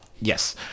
Yes